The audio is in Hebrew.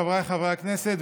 חבריי חברי הכנסת,